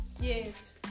Yes